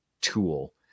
tool